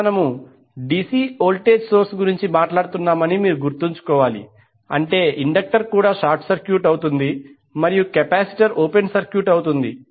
ఇప్పుడు మనము DC voltage source గురించి మాట్లాడుతునామని మీరు గుర్తుంచుకోవాలి అంటే ఇండక్టర్ కూడా షార్ట్ సర్క్యూట్ అవుతుంది మరియు కెపాసిటర్ ఓపెన్ సర్క్యూట్ అవుతుంది